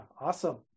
awesome